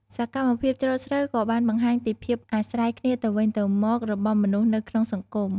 សកម្មភាពច្រូតស្រូវក៏បានបង្ហាញពីភាពអាស្រ័យគ្នាទៅវិញទៅមករបស់មនុស្សនៅក្នុងសង្គម។